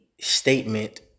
statement